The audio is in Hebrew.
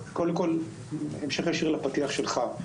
בהמשך ישיר לפתיח שלך,